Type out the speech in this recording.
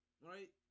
right